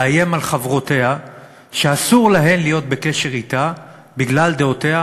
לאיים על חברותיה שאסור להן להיות בקשר אתה בגלל דעותיה,